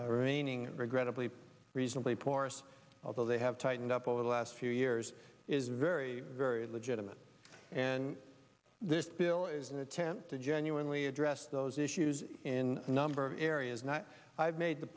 remaining regrettably reasonably porous although they have tightened up over the last few years is very very legitimate and this bill is an attempt to genuinely address those issues in a number of areas not i've made the